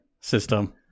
system